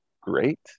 great